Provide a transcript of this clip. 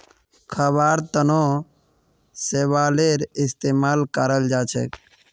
खाबार तनों शैवालेर इस्तेमाल कराल जाछेक